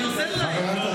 אני עוזר להם.